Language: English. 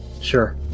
Sure